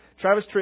Travis